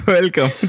Welcome